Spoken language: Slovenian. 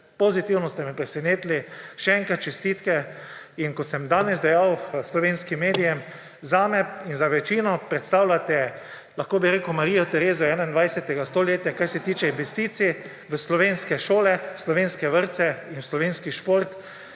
pozitivno ste me presenetili. Še enkrat čestitke! In kot sem danes dejal slovenskim medijem, zame in za večino predstavljate, lahko bi rekel, Marijo Terezijo 21. stoletja, kar se tiče investicij v slovenske šole, v slovenske vrtce, v slovenski šport.